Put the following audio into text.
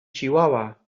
chihuahua